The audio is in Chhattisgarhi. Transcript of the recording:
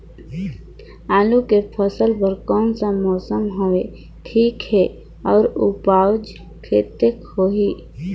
आलू के फसल बर कोन सा मौसम हवे ठीक हे अउर ऊपज कतेक होही?